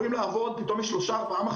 יכולים לעבוד כי פתאום יש 4-3 מחשבים.